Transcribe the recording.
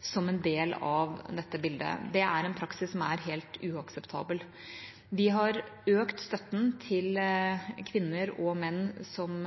som en del av dette bildet. Det er en praksis som er helt uakseptabel. Vi har økt støtten til kvinner og menn som